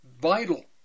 vital